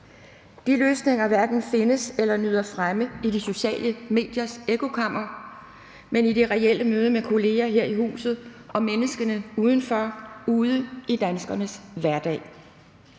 De løsninger hverken findes eller nyder fremme i de sociale mediers ekkokammer, men i det reelle møde med kolleger her i huset og menneskene udenfor – ude i danskernes hverdag.